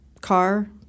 car